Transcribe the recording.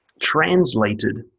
translated